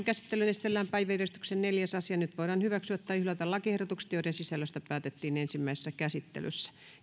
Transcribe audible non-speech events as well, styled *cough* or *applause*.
*unintelligible* käsittelyyn esitellään päiväjärjestyksen neljäs asia nyt voidaan hyväksyä tai hylätä lakiehdotukset joiden sisällöstä päätettiin ensimmäisessä käsittelyssä